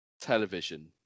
television